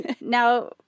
Now